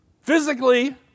physically